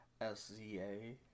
SZA